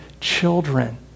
children